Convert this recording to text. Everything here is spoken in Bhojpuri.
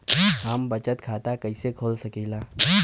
हम बचत खाता कईसे खोल सकिला?